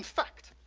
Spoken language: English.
fact,